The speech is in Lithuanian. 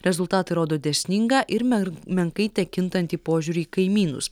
rezultatai rodo dėsningą ir mern menkai tekintantį požiūrį į kaimynus